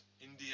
India